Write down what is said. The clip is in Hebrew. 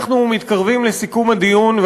אנחנו מתקרבים לסיכום הדיון,